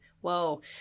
whoa